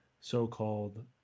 so-called